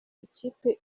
ikipe